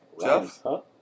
Jeff